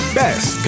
best